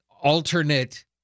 alternate